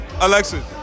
Alexis